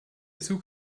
zug